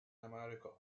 america